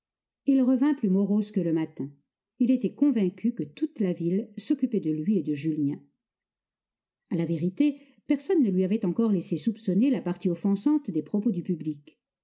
il revint plus morose que le matin il était convaincu que toute la ville s'occupait de lui et de julien a la vérité personne ne lui avait encore laissé soupçonner la partie offensante des propos du public